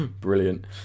Brilliant